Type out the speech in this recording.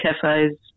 cafes